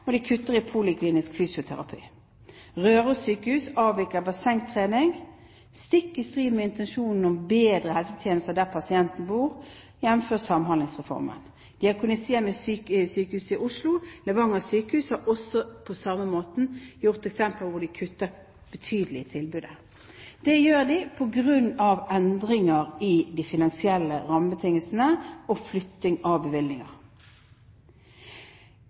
stikk i strid med intensjonen om bedre helsetjenester der pasienten bor, jf. Samhandlingsreformen. Diakonhjemmet Sykehus i Oslo og Sykehuset Levanger er også på samme måten eksempler på at man kutter betydelig i tilbudet. Det gjør de på grunn av endringer i de finansielle rammebetingelsene og flytting av bevilgninger.